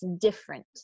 different